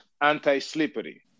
anti-slippery